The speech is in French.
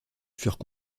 furent